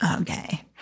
Okay